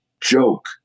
joke